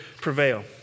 prevail